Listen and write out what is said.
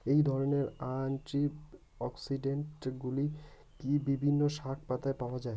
এই ধরনের অ্যান্টিঅক্সিড্যান্টগুলি বিভিন্ন শাকপাতায় পাওয়া য়ায়